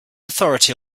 authority